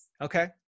Okay